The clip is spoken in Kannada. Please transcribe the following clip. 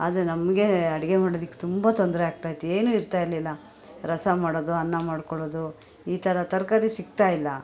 ಆದರೆ ನಮಗೆ ಅಡುಗೆ ಮಾಡೋದಕ್ಕೆ ತುಂಬ ತೊಂದರೆ ಆಗ್ತಾಯಿತ್ತು ಏನು ಇರ್ತಾ ಇರ್ಲಿಲ್ಲ ರಸಂ ಮಾಡೋದು ಅನ್ನ ಮಾಡ್ಕೊಳ್ಳೋದು ಈ ಥರ ತರಕಾರಿ ಸಿಗ್ತಾ ಇಲ್ಲ